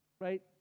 right